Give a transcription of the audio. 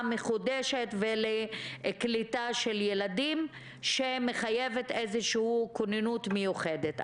מחודשת ולקליטה של ילדים שמחייבת איזושהי כוננות מיוחדת.